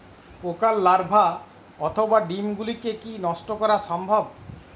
পোকার লার্ভা অথবা ডিম গুলিকে কী নষ্ট করা সম্ভব?